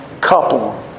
couple